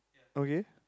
okay